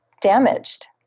damaged